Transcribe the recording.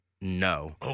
no